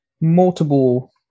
multiple